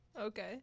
Okay